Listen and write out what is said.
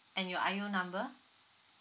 and your I_U number